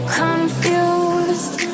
confused